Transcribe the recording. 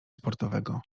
sportowego